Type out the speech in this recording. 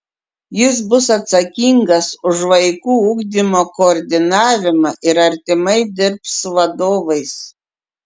jis bus atsakingas už vaikų ugdymo koordinavimą ir artimai dirbs su vadovais